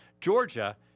Georgia